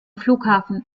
flughafen